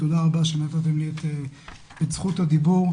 תודה רבה שנתתם לי את זכות הדיבור.